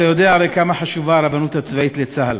אתה הרי יודע כמה חשובה הרבנות הצבאית לצה"ל.